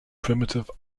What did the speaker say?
primitive